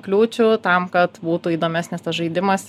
kliūčių tam kad būtų įdomesnis tas žaidimas ir